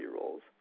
roles